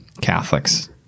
Catholics